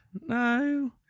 No